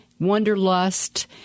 wonderlust